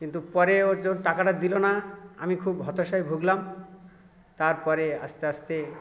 কিন্তু পরে ওর যখন টাকাটা দিলো না আমি খুব হতাশায় ভুগলাম তারপরে আস্তে আস্তে